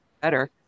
better